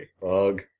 Bug